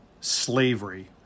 slavery